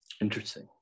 Interesting